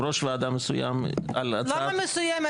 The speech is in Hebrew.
ראש ועדה מסוים על הצעה --- למה מסוימת?